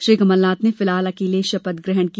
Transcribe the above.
श्री कमलनाथ ने फिलहाल अकेले शपथ ग्रहण की